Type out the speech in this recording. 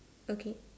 okay